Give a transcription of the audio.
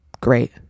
great